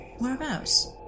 Whereabouts